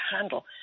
handle